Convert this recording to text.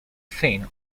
thin